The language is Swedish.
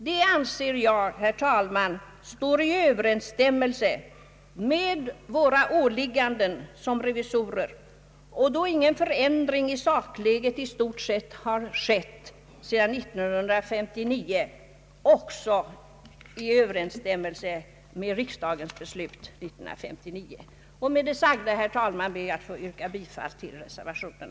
Det anser jag, herr talman, vara i överensstämmelse med våra åligganden som revisorer, och då ingen förändring av sakläget i stort har skett sedan år 1959 också i överensstämmelse med riksdagens beslut samma år. Med det sagda, herr talman, ber jag att få yrka bifall till reservationen.